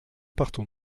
partons